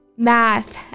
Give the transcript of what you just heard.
Math